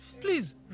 please